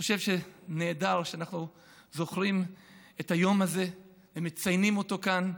חושב שנהדר שאנחנו זוכרים את היום הזה ומציינים אותו כאן.